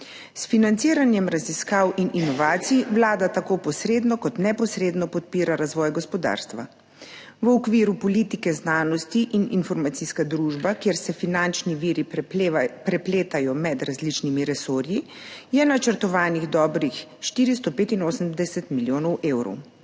S financiranjem raziskav in inovacij Vlada tako posredno kot neposredno podpira razvoj gospodarstva. V okviru politike Znanost in informacijska družba, kjer se finančni viri prepletajo med različnimi resorji, je načrtovanih dobrih 485 milijonov evrov.